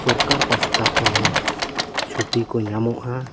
ᱥᱚᱨᱠᱟᱨ ᱯᱟᱥᱴᱟ ᱠᱷᱚᱱ ᱦᱚᱸ ᱪᱷᱩᱴᱤ ᱠᱚ ᱧᱟᱢᱚᱜᱼᱟ